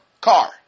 car